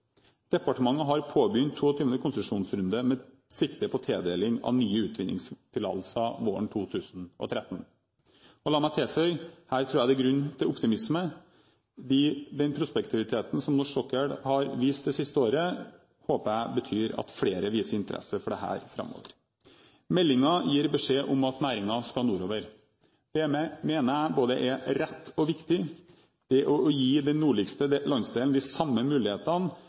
Departementet har påbegynt 22. konsesjonsrunde med sikte på tildeling av nye utvinningstillatelser våren 2013. La meg tilføye at her tror jeg det er grunn til optimisme. Den prospektiviteten som norsk sokkel har vist det siste året, håper jeg betyr at flere viser interesse for dette framover. Meldingen gir beskjed om at næringen skal nordover. Det å gi den nordligste landsdelen de samme mulighetene som man har sett i resten av landet, mener jeg er både rett og riktig. Det